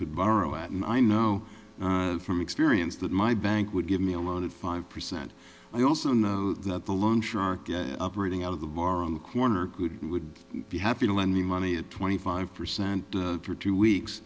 could borrow at and i know from experience that my bank would give me a loaded five percent i also know that the loan sharking operating out of the bar on the corner good would be happy to lend me money at twenty five percent for two weeks